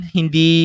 Hindi